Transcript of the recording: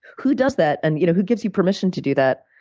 who does that, and you know who gives you permission to do that?